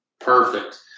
Perfect